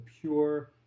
pure